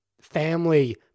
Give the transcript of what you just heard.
family